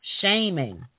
shaming